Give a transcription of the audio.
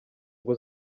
ngo